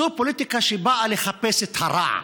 זו פוליטיקה שבאה לחפש את הרע,